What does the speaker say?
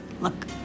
look